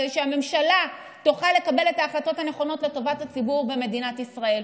כדי שהממשלה תוכל לקבל את ההחלטות הנכונות לטובת הציבור במדינת ישראל.